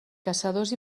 caçadors